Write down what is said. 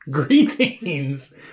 Greetings